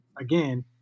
again